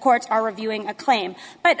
courts are reviewing a claim but